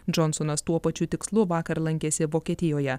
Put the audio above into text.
džonsonas tuo pačiu tikslu vakar lankėsi vokietijoje